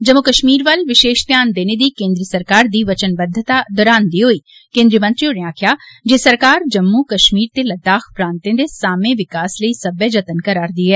जम्मू कश्मीर वल विशेष ध्याद देने दी केन्द्री सरकार दी वचनबद्वता दोहरान्दे होई केन्द्री मंत्री होरें आक्खेआ जे सरकार जम्मू कश्मीर ते लद्दाख प्रान्तें दे सामे विकास लेई सब्बै यतन करारदी ऐ